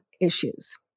issues